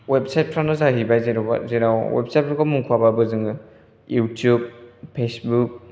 website फोरानो जाहैबाय जेनेबा जेराव वेबसाइट फोरखौ मुंख'वाबाबो जोङो युटुब फेसबुक